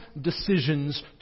decisions